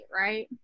right